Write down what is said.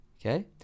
okay